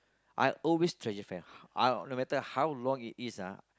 I always treasure friend I no matter how long it is ah